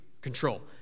control